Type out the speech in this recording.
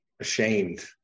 ashamed